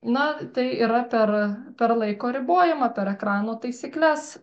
na tai yra per per laiko ribojimą per ekrano taisykles